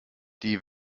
die